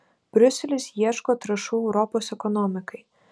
briuselis ieško trąšų europos ekonomikai